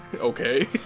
Okay